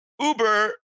Uber